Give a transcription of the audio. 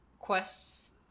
quests